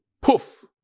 poof